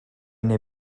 neu